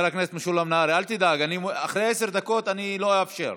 אל תדאג, אחרי עשר דקות אני לא אאפשר.